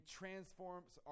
transforms